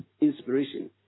Inspiration